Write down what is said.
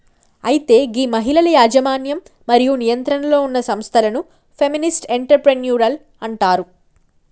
అయితే గీ మహిళల యజమన్యం మరియు నియంత్రణలో ఉన్న సంస్థలను ఫెమినిస్ట్ ఎంటర్ప్రెన్యూరిల్ అంటారు